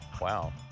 Wow